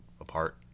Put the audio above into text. apart